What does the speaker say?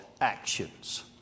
actions